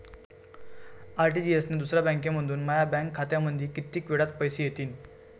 RTGS न दुसऱ्या बँकेमंधून माया बँक खात्यामंधी कितीक वेळातं पैसे येतीनं?